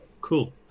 cool